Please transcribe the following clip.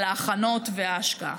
על ההכנות וההשקעה.